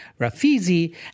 Rafizi